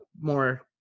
more